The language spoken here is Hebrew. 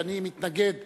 ואני מתנגד